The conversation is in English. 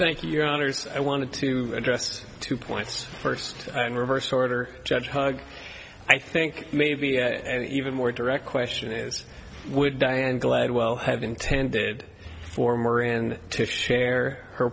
thank you your honors i wanted to address two points first reverse order judge hug i think maybe an even more direct question is would diane gladwell have intended for more and to share her